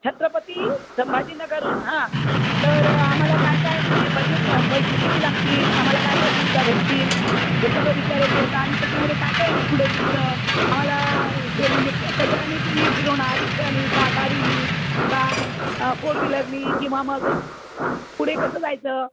छत्रपती संभाजी नगर हून हां तर आम्हाला काय काय म्हणजे बजेट पैसे किती लागतील आम्हाला काय काय सुविधा भेटतील हे सगळ विचारायचं होतं आणि त्याच्यामध्ये काय काय इन्क्लूड आहे तुमचं आम्हाला सु म्हणजे क कशाने तुम्ही फिरवणार रिक्षानी का गाडीनी का फोर व्हीलरनी किंवा मग पुढे कसं जायचं